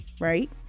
right